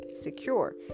secure